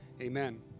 Amen